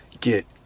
get